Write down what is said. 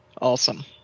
awesome